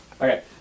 Okay